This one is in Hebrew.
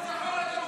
יום שחור לדמוקרטיה.